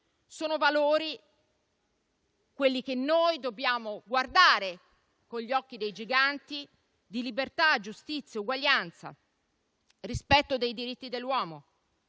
e sterili. Quelli che noi dobbiamo guardare con gli occhi dei giganti sono i valori di libertà, giustizia, uguaglianza, rispetto dei diritti dell'uomo.